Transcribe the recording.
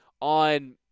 on